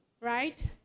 Right